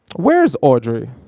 where's audrey?